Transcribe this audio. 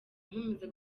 nkomeza